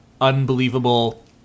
unbelievable